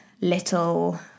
little